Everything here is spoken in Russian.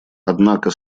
однако